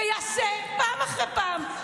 ויעשה פעם אחר פעם,